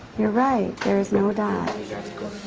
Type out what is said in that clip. you're right. there is no dot.